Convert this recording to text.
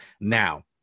Now